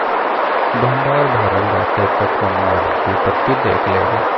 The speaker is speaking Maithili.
भंडार भरल रहतै त कोनो आफत विपति देख लेबै